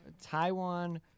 Taiwan